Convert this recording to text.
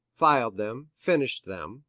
filed them, finished them,